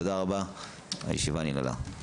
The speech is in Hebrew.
תודה רבה, הישיבה נעולה.